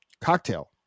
Cocktail